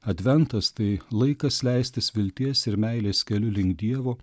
adventas tai laikas leistis vilties ir meilės keliu link dievo